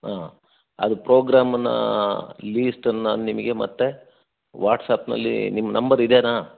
ಹಾಂ ಅದು ಪ್ರೋಗ್ರಾಮ್ನಾ ಲೀಸ್ಟನ್ನ ನಾನು ನಿಮಗೆ ಮತ್ತೆ ವಾಟ್ಸ್ಆ್ಯಪ್ನಲ್ಲೀ ನಿಮ್ಮ ನಂಬರ್ ಇದೇನಾ